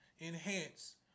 enhance